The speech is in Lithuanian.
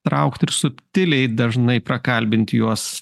traukt ir subtiliai dažnai prakalbinti juos